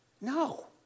No